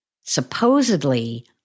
Supposedly